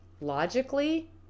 logically